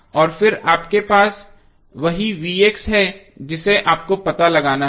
और फिर आपके पास वही है जिसे आपको पता लगाना है